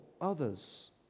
others